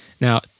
Now